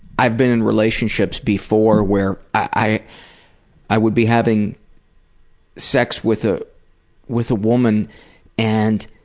i've been in relationships before where i i would be having sex with the with a woman and